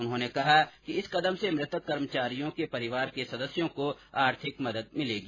उन्होंने कहा कि इस कदम से मृतक कर्मचारियों के परिवार के सदस्यों को आर्थिक मदद मिलेगी